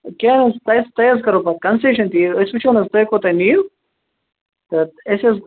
کیٚنٛہہ حظ چھُ تۄہہِ حظ تۄہہِ حظ کَرو پتہٕ کنسیشَن تہِ أسۍ وُچھو نَہ حظ تُہۍ کوٗتاہ نِیُو تہٕ أسۍ حظ